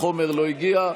החומר לא הגיע.